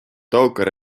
taukar